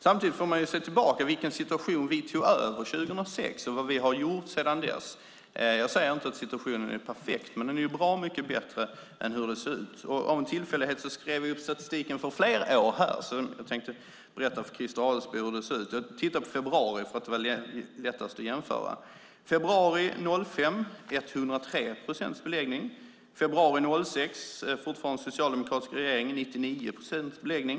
Samtidigt får man se tillbaka på vilken situation vi tog över 2006 och vad vi har gjort sedan dess. Jag säger inte att situationen är perfekt, men den är bra mycket bättre än hur det såg ut. Av en tillfällighet skrev jag upp statistiken för flera år här, så jag tänkte berätta för Christer Adelsbo hur det ser ut. Jag tittade på februari, för det var lättast att jämföra. I februari 2005 var det 103 procents beläggning. I februari 2006, fortfarande med socialdemokratisk regering, var det 99 procents beläggning.